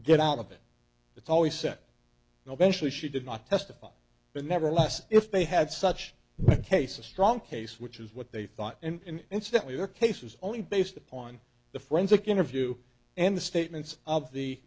get out of it that's always said no benchley she did not testify but nevertheless if they had such a case a strong case which is what they thought and instantly their case was only based upon the forensic interview and the statements of the